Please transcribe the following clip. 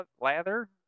lather